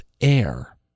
air